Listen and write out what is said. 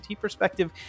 perspective